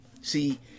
See